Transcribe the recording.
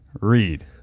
read